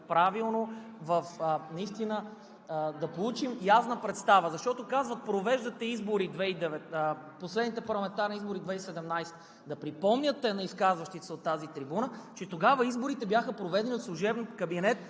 правилно и наистина да получим ясна представа. Защото казват: „провеждате избори“ – последните парламентарни избори са от 2017 г. Припомняйте на изказващите се от тази трибуна, че тогава изборите бяха проведени от служебен кабинет